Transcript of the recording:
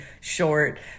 short